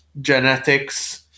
genetics